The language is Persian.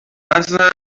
مخصوصن